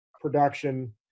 production